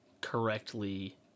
correctly